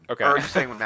Okay